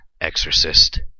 exorcist